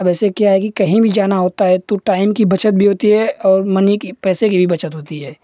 अब ऐसे क्या है कि कहीं भी जाना होता है तो टाइम की बचत भी होती है और मनी की पैसे की बचत भी होती है